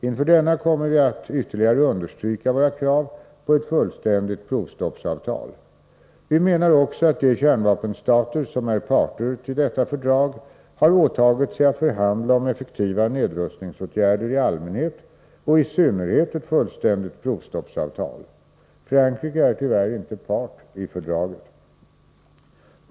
Inför denna kommer vi att ytterligare understryka våra krav på ett fullständigt provstoppsavtal. Vi menar också att de kärnvapenstater som är parter i detta fördrag har åtagit sig att förhandla om effektiva nedrustningsåtgärder i allmänhet och ett fullständigt provstoppsavtal i synnerhet. Frankrike är tyvärr inte part i fördraget.